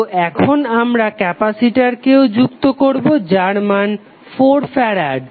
তো এখন আমরা ক্যাপাসিটরকেও যুক্ত করবো যার মান 4 ফ্যারাড